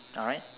alright